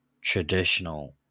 Traditional